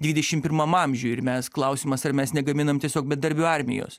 dvidešim pirmam amžiuj ir mes klausimas ar mes negaminam tiesiog bedarbių armijos